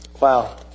Wow